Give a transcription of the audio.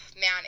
Man